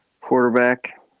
Quarterback